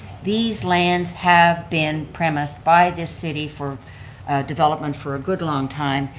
these lands have been premised by the city for development for a good long time,